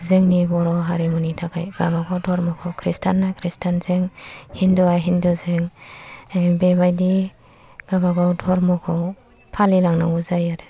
जोंनि बर' हारिमुनि थाखाय माबाखौ धर्मखौ कृष्टाना कृष्टानजों हिन्दुआ हिन्दुजों बेबादि माबाखौ धर्मखौ फालिलांनांगौ जायो आरो